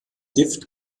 gift